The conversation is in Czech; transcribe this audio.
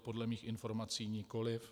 Podle mých informací nikoli.